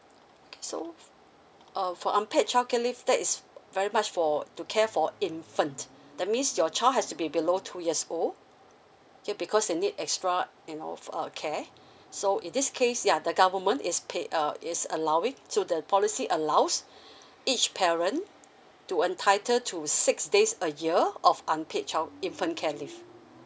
so uh for unpaid child care leave that is very much for to care for infant that means your child has to be below two years old because you need extra you know uh care so in this case ya the government is paid uh is allowing to the policy allows each parent to entitle to six days a year of unpaid child infant care leave